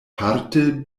parte